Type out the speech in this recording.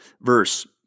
verse